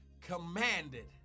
commanded